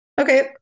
Okay